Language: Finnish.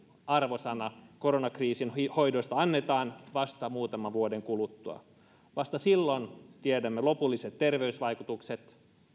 arvosana koronakriisin hoidosta annetaan vasta muutaman vuoden kuluttua vasta silloin tiedämme lopulliset terveysvaikutukset